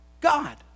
God